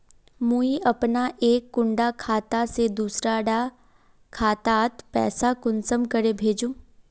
मुई अपना एक कुंडा खाता से दूसरा डा खातात पैसा कुंसम करे भेजुम?